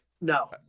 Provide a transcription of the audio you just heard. no